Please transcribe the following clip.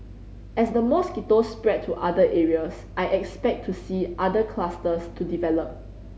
as the mosquitoes spread to other areas I expect to see other clusters to develop